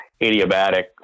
adiabatic